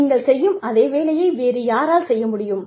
நீங்கள் செய்யும் அதே வேலையை வேறு யாரால் செய்ய முடியும்